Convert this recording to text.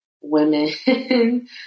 women